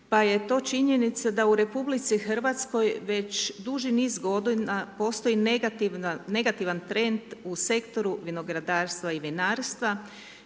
pa je to činjenice da u RH, već duži niz g. postoji negativan trend u sektoru vinogradarstva i vinarstva